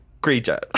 creature